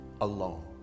alone